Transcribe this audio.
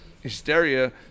hysteria